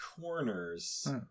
corners